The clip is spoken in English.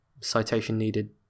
citation-needed